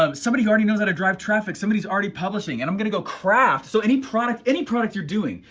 um somebody who already knows how to drive traffic, somebody already publishing and i'm going to go craft. so any product, any product you're doing,